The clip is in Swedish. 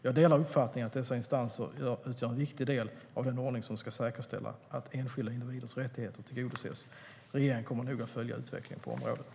Jag delar uppfattningen att dessa instanser utgör en viktig del av den ordning som ska säkerställa att enskilda individers rättigheter tillgodoses. Regeringen kommer att noga följa utvecklingen på området.